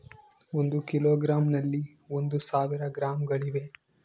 ಒಂದು ಕಿಲೋಗ್ರಾಂ ನಲ್ಲಿ ಒಂದು ಸಾವಿರ ಗ್ರಾಂಗಳಿವೆ